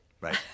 Right